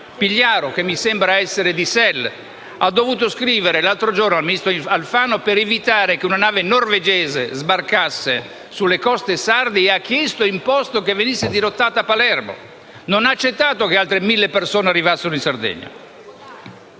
Pigliaru, che mi sembra essere vicino a SEL, ha dovuto scrivere l'altro giorno al ministro Alfano per evitare che una nave norvegese sbarcasse sulle coste sarde e ha chiesto e imposto che venisse dirottata a Palermo: non ha accettato che altre mille persone arrivassero in Sardegna.